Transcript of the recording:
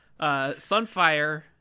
Sunfire